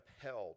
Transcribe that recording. upheld